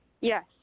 Yes